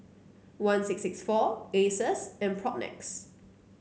one six six four Asus and Propnex